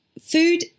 food